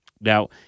Now